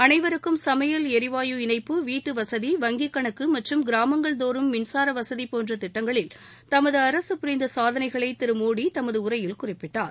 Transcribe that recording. அனைவருக்கும் சமையல் எரிவாயு இணைப்பு வீட்டு வசதி வங்கி கணக்கு மற்றும் கிராமங்கள் தோறும் மின்சார வசதி போன்ற திட்டங்களில் தமது அரசு புரிந்த சாதனைகளை திரு மோடி தனது உரையில் குறிப்பிட்டார்